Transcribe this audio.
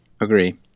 Agree